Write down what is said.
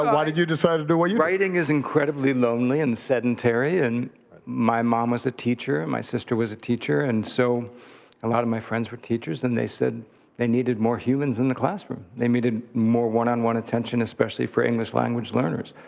um why did you decide to do what you do? writing is incredibly lonely and sedentary, and my mom was a teacher and my sister was a teacher, and so a lot of my friends were teachers and they said they needed more humans in the classroom. they needed more one-on-one attention, especially for english language learners.